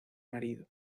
marido